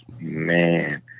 Man